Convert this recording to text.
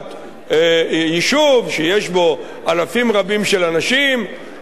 יישוב שיש בו אלפים רבים של אנשים ולבקש מהם,